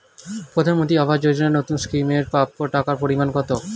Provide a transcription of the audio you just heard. প্রধানমন্ত্রী আবাস যোজনায় নতুন স্কিম এর প্রাপ্য টাকার পরিমান কত?